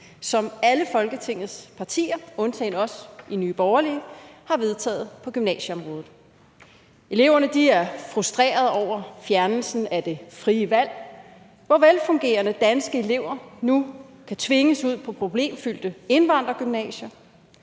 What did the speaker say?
som alle Folketingets partier undtagen os i Nye Borgerlige har vedtaget på gymnasieområdet. Eleverne er frustrerede over fjernelsen af det frie valg, hvor velfungerende danske elever nu kan tvinges ud på problemfyldte indvandrergymnasier,